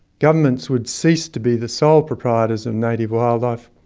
governments would cease to be the sole proprietors of native wildlife,